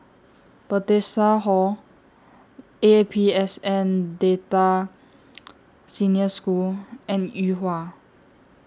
Bethesda Hall A P S N Delta Senior School and Yuhua